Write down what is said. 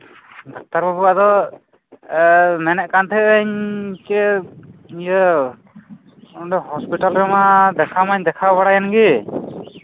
doctor ᱵᱟᱹᱵᱩ ᱟᱫᱚ ᱢᱮᱱ ᱮᱫ ᱠᱟᱱ ᱛᱟᱦᱮᱸᱫ ᱟᱹᱧ ᱤᱭᱟᱹ ᱤᱭᱟᱹ ᱚᱸᱰᱮ ᱦᱚᱥᱯᱤᱴᱟᱞ ᱨᱮᱢᱟ ᱫᱮᱠᱷᱟ ᱢᱟᱧ ᱫᱮᱠᱷᱟᱣ ᱵᱟᱲᱟᱭᱮᱱ ᱜᱮ